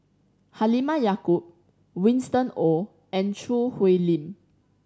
Halimah Yacob Winston Oh and Choo Hwee Lim